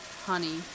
honey